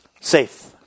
Safe